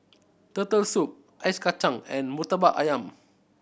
Turtle Soup Ice Kachang and Murtabak Ayam